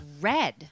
red